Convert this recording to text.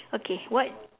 okay what